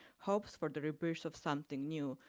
hopes for the rebirth of something new.